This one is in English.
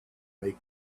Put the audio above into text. make